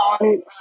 on